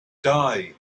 die